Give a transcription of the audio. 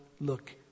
look